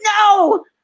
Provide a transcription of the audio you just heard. no